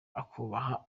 akubaha